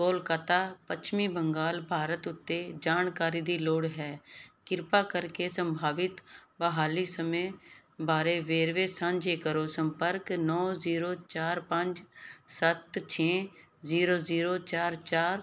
ਕੋਲਕਾਤਾ ਪੱਛਮੀ ਬੰਗਾਲ ਭਾਰਤ ਉੱਤੇ ਜਾਣਕਾਰੀ ਦੀ ਲੋੜ ਹੈ ਕਿਰਪਾ ਕਰਕੇ ਸੰਭਾਵਿਤ ਬਹਾਲੀ ਸਮੇਂ ਬਾਰੇ ਵੇਰਵੇ ਸਾਂਝੇ ਕਰੋ ਸੰਪਰਕ ਨੌਂ ਜ਼ੀਰੋ ਚਾਰ ਪੰਜ ਸੱਤ ਛੇ ਜ਼ੀਰੋ ਜ਼ੀਰੋ ਚਾਰ ਚਾਰ